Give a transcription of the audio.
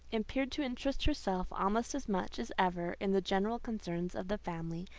appeared to interest herself almost as much as ever in the general concerns of the family,